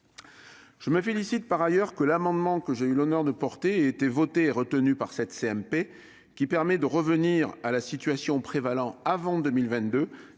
Je me félicite par ailleurs que l'amendement que j'ai eu l'honneur de porter ait été voté et retenu par la CMP. Il permet de rétablir la situation prévalant avant 2022